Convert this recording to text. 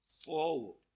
forward